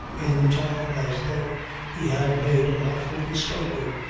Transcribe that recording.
in the tone as though he had made an awful discovery.